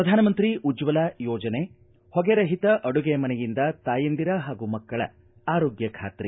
ಪ್ರಧಾನಮಂತ್ರಿ ಉಜ್ವಲಾ ಯೋಜನೆ ಹೊಗೆ ರಹಿತ ಅಡುಗೆ ಮನೆಯಿಂದ ತಾಯಂದಿರ ಹಾಗೂ ಮಕ್ಕಳ ಆರೋಗ್ಯ ಖಾತ್ರಿ